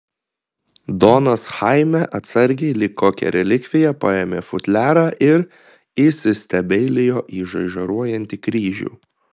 donas chaime atsargiai lyg kokią relikviją paėmė futliarą ir įsistebeilijo į žaižaruojantį kryžių